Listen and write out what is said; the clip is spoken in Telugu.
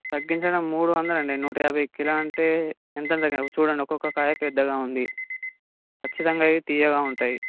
తగ్గించడం మూడు వందలండి నూట యాభైకి కిలో అంటే ఎంతెంతది చూడండి ఒక్కొక్క కాయి పెద్దగా ఉంది ఖచ్చితంగా ఇవి తియ్యగా ఉంటాయి